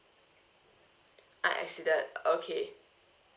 ah exceeded okay